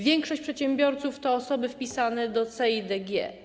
Większość przedsiębiorców to osoby wpisane do CEIDG.